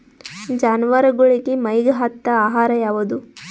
ಜಾನವಾರಗೊಳಿಗಿ ಮೈಗ್ ಹತ್ತ ಆಹಾರ ಯಾವುದು?